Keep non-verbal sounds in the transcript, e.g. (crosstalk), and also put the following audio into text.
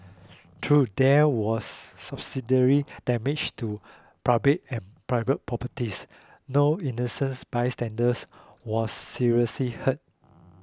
true there was (unintelligible) damage to public and private properties no innocence bystanders was seriously hurt